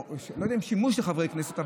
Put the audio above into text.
לא יודע אם שימוש בחברי כנסת,